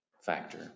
factor